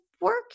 work